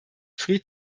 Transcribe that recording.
free